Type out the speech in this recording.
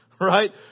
right